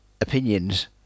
opinions